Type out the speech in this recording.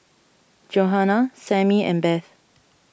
Johana Sammy and Beth